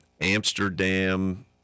Amsterdam